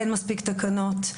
אין מספיק תקנות,